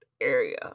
area